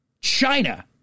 China